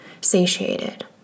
satiated